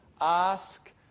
Ask